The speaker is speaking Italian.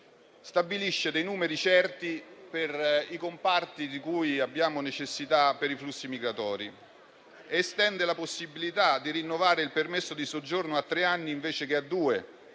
stabilisce numeri certi per i comparti di cui abbiamo necessità per i flussi migratori. Estende inoltre la possibilità di rinnovare il permesso di soggiorno a tre anni invece che a due,